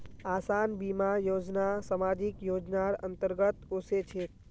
आसान बीमा योजना सामाजिक योजनार अंतर्गत ओसे छेक